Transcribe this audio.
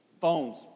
Phones